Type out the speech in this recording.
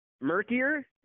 murkier